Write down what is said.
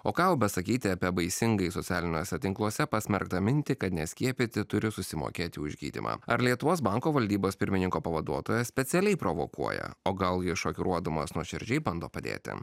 o ką jau besakyti apie baisingai socialiniuose tinkluose pasmerktą mintį kad neskiepyti turi susimokėti už gydymą ar lietuvos banko valdybos pirmininko pavaduotojas specialiai provokuoja o gal šokiruodamas nuoširdžiai bando padėti